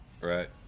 Right